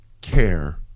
care